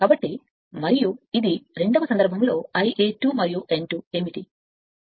కాబట్టి మరియు ఇది రెండవ సందర్భంలో Ia 2 మరియు n 2 ఏమిటి